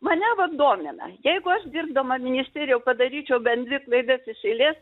mane vat domina jeigu aš dirbdama ministerijoj padaryčiau bent dvi klaidas iš eilės